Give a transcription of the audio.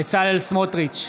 בעד בצלאל סמוטריץ'